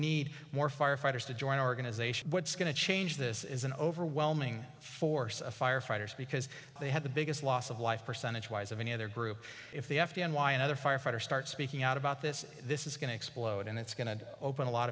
need more firefighters to join organizations what's going to change this is an overwhelming force firefighters because they have the biggest loss of life percentage wise of any other group if the afghan why another firefighter starts speaking out about this this is going to explode and it's going to open a lot